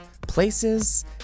places